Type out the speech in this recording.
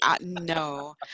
no